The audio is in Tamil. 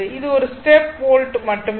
இது ஒரு ஸ்டெப் வோல்ட் மட்டுமே